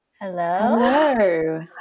Hello